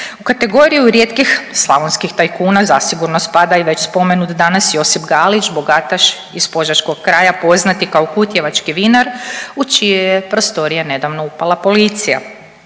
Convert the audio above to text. U kategoriju rijetkih slavonskih tajkuna zasigurno spada i već spomenut danas Josip Galić, bogataš iz požeškog kraja, poznat i kao kutjevački vinar u čije je prostorije nedavno upala policija.